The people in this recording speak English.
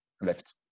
left